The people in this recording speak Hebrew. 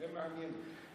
זה מעניין אותי.